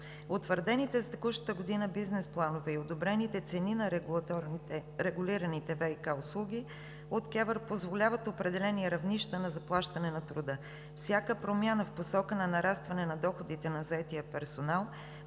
Утвърдените за текущата година бизнес планове и одобрените цени на регулираните ВиК услуги от КЕВР позволяват определени равнища на заплащане на труда. Всяка промяна в посока на нарастване на доходите на заетия персонал